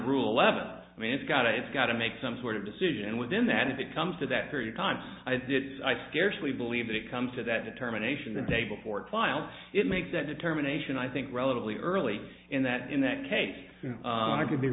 rule eleven i mean it's got it's got to make some sort of decision within that if it comes to that period of time i did i scarcely believe that it comes to that determination the day before trial it makes that determination i think relatively early in that in that case i could be